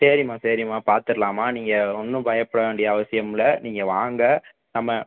சரிம்மா சரிம்மா பார்த்துர்லாம்மா நீங்கள் ஒன்றும் பயப்பட வேண்டிய அவசியமில்லை நீங்கள் வாங்க நம்ம